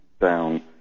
down